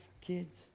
kids